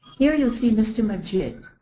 here you'll see mr. majid,